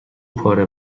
پاره